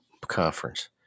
conference